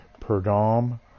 Perdom